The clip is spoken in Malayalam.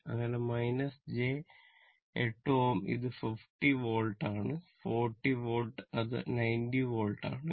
അങ്ങനെ j 8 Ω ഇത് 50 വോൾട്ട് ആണ് 40 വോൾട്ട് അത് 90 വോൾട്ട് ആണ്